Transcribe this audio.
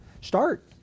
start